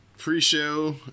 pre-show